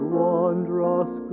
wondrous